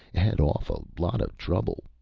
head off a lot of trouble.